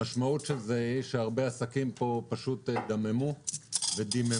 המשמעות של זה היא שהרבה עסקים פה פשוט דממו ודיממו.